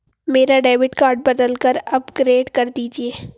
मेरा debit card बदलकर upgrade कर दीजिए